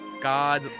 God